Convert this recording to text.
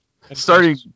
starting